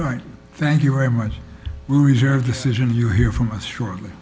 right thank you very much reserve decision you hear from us shortly